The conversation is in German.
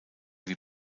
wie